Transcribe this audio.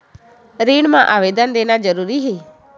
ऋण मा आवेदन देना जरूरी हे?